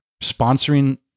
sponsoring